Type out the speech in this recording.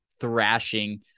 thrashing